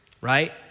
right